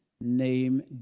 name